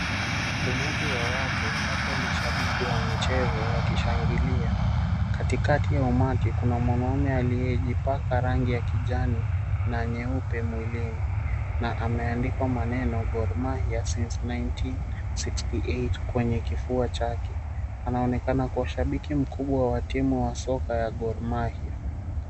Umati wa watu labda mashabiki wa michezo washangilia, katikati ya umati kuna mwanaume aliyejipaka rangi ya kijani na nyeupe mwilini na ameandikwa maneno Gor Mahia since 1968 kwenye kofia chake, anaonekana kuwa shabiki mkubwa wa timu ya soka ya Gor Mahia.